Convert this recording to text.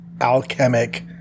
alchemic